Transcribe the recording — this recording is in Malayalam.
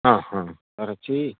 ആ ഹാ ഇറച്ചി